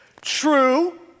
True